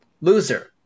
Loser